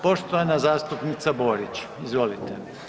Poštovana zastupnica Borić, izvolite.